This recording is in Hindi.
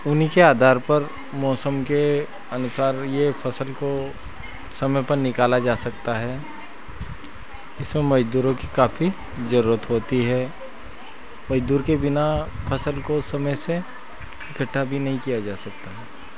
उनके आधार पर मौसम के अनुसार यह फसल को समय पर निकाला जा सकता है इसमें मज़दूरों की काफी ज़रूरत होती है मज़दूर के बिना फ़सल को समय से इकट्ठा भी नहीं किया जा सकता है